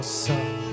sun